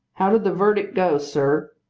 how did the verdict go, sir?